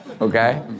okay